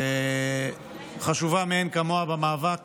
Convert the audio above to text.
היא חשובה מאין כמוה במאבק